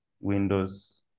Windows